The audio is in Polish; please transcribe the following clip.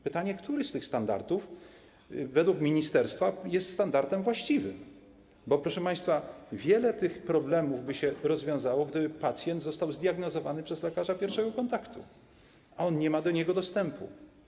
Pytanie, który z tych standardów według ministerstwa jest standardem właściwym, bo proszę państwa, wiele tych problemów by się rozwiązało, gdyby pacjent został zdiagnozowany przez lekarza pierwszego kontaktu, a on nie ma do niego dostępu.